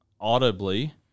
audibly